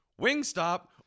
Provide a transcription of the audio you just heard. Wingstop